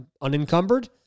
unencumbered